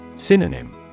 Synonym